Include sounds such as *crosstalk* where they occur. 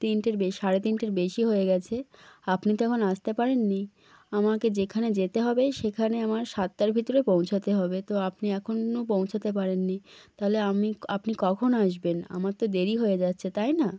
তিনটের বেশি সাড়ে তিনটের বেশি হয়ে গিয়েছে আপনি তো এখন আসতে পারেননি আমাকে যেখানে যেতে হবে সেখানে আমার সাতটার ভিতরে পৌঁছতে হবে তো আপনি এখনও পৌঁছতে পারেননি তাহলে আমি *unintelligible* আপনি কখন আসবেন আমার তো দেরি হয়ে যাচ্ছে তাই না